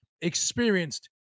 experienced